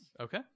Okay